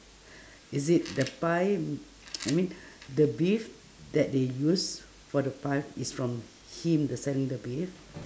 is it the pie I mean the beef that they use for the pie is from him the